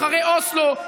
אחרי אוסלו,